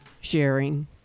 sharing